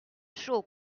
chaud